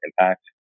impact